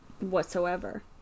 whatsoever